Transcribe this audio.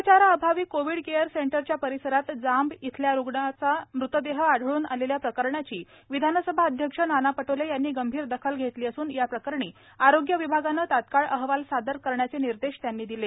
उपचाराअभावी Covid care सेंटरच्या परिसरात जांब येथील तरूणाचा मृतदेह आढळून आलेल्या प्रकरणाची विधानसभा अध्यक्ष नाना पटोले यांनी गंभीर दखल घेतली असून या प्रकरणी आरोग्य विभागाने तात्काळ अहवाल सादर करण्याचे निर्देश त्यांनी दिले